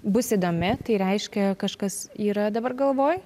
bus įdomi tai reiškia kažkas yra dabar galvoj